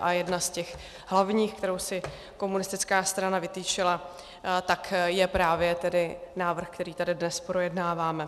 A jedna z těch hlavních, kterou si komunistická strana vytyčila, tak je právě tedy návrh, který tady dnes projednáváme.